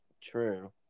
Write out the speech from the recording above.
True